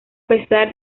pesar